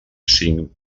cinc